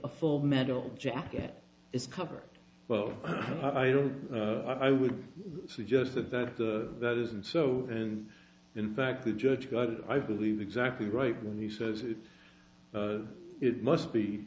a full metal jacket is cover well i don't i would suggest is that the that isn't so and in fact the judge got it i believe exactly right when he says it it must be